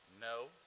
no